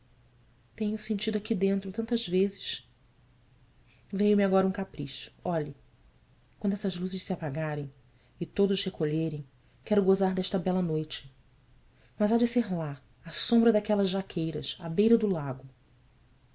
tenho-o sentido aqui dentro tantas vezes veio-me agora um capricho olhe quando essas luzes se apagarem e todos recolherem quero gozar desta bela noite mas há de ser lá à sombra daquelas jaqueiras à beira do lago